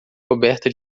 coberta